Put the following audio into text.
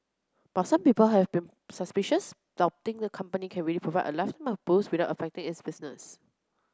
but some people have been suspicious doubting the company can really provide a lifetime of booze without affecting its business